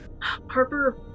Harper